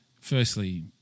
Firstly